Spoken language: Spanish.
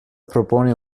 propone